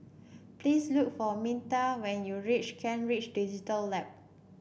please look for Minta when you reach Kent Ridge Digital Lab